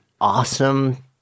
awesome